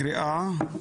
הקריאה, לרבות,